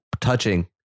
touching